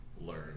learn